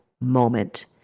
moment